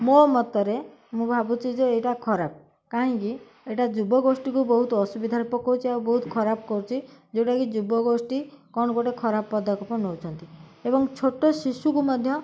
ମୋ ମତରେ ମୁଁ ଭାବୁଛି ଯେ ଏଇଟା ଖରାପ କାହିଁକି ଏଇଟା ଯୁବଗୋଷ୍ଠୀକୁ ବହୁତ ଅସୁବିଧାରେ ପକଉଛି ଆଉ ବହୁତ ଖରାପ କରୁଛି ଯେଉଁଟାକି ଯୁବଗୋଷ୍ଠୀ କ'ଣ ଗୋଟେ ଖରାପ ପଦକ୍ଷପ ନଉଛନ୍ତି ଏବଂ ଛୋଟ ଶିଶୁକୁ ମଧ୍ୟ